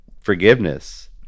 forgiveness